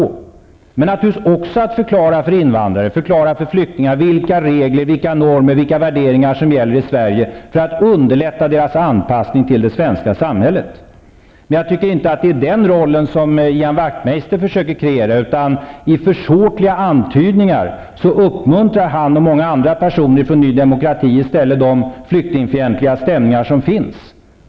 Men det är naturligtvis också vår uppgift att förklara för invandrare och flyktingar vilka regler, vilka normer, vilka värderingar som gäller i Sverige, för att underlätta deras anpassning till det svenska samhället. Men jag tycker inte att det är den rollen som Ian Wachtmeister försöker kreera. Med försåtliga antydningar uppmuntrar han och många andra personer från Ny Demokrati i stället de flyktingfientliga stämningar som finns.